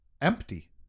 empty